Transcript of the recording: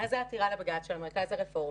מאז העתירה לבג"ץ של המרכז הרפורמי,